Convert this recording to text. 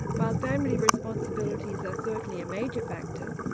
while family responsibilities are certainly a major factor,